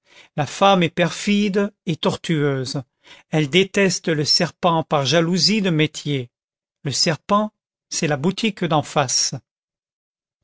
la femme est perfide et tortueuse elle déteste le serpent par jalousie de métier le serpent c'est la boutique en face